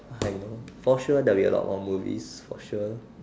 I know for sure there will be a lot more movies for sure